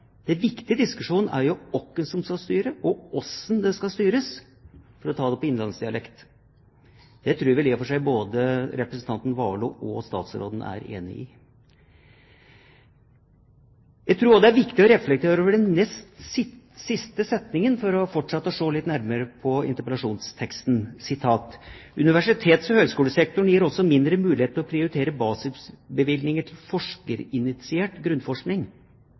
viktige diskusjonen er «åkken» som skal styre og «åssen» det skal styres, for å ta det på innlandsdialekt. Det tror jeg i og for seg både representanten Warloe og statsråden er enig i. Jeg tror også det er viktig å reflektere over den nest siste setningen, for å fortsette å se litt nærmere på interpellasjonsteksten: «Universitets- og høyskolesektoren gis også mindre muligheter til å prioritere av basisbevilgninger til forskerinitiert grunnforskning.»